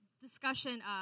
discussion